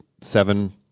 seven